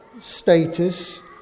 status